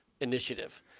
initiative